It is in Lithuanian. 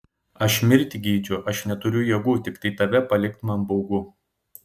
aš mirti geidžiu aš neturiu jėgų tiktai tave palikti man baugu